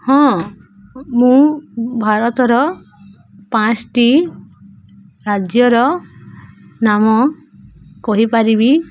ହଁ ମୁଁ ଭାରତର ପାଞ୍ଚୋଟି ରାଜ୍ୟର ନାମ କହିପାରିବି